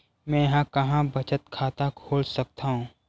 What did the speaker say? मेंहा कहां बचत खाता खोल सकथव?